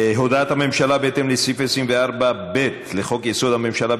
הודעת הממשלה בהתאם לסעיף 24(ב) לחוק-יסוד: הממשלה,